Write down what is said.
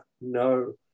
no